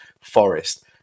Forest